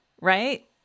right